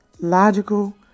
Logical